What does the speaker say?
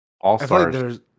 All-Stars